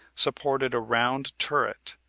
supported a round turret,